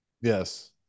Yes